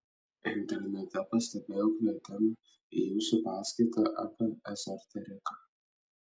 internete pastebėjau kvietimą į jūsų paskaitą apie ezoteriką